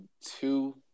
two